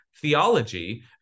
theology